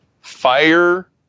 fire